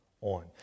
on